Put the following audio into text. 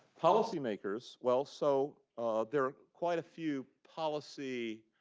policymakers. well, so there are quite a few policy